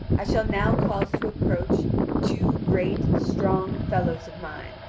i shall now cause to approach two great, strong fellows of mine,